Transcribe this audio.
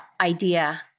idea